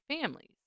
families